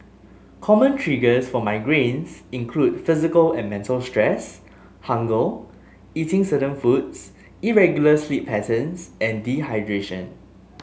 common triggers for migraines include physical and mental stress hunger eating certain foods irregular sleep patterns and dehydration